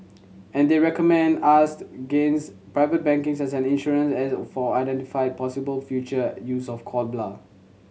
and they recommend private banking as an insurance as or for unidentified possible future use of cord blood